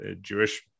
Jewish